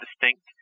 distinct